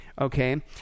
okay